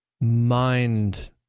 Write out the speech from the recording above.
mind